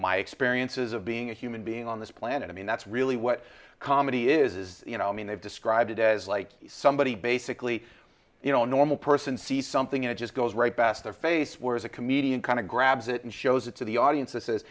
my experiences of being a human being on this planet i mean that's really what comedy is you know i mean they've described it as like somebody basically you know a normal person sees something and it just goes right past their face whereas a comedian kind of grabs it and shows it to the audience